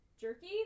jerky